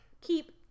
keep